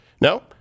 No